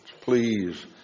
Please